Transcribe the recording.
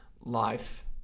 life